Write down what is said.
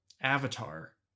Avatar